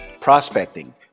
prospecting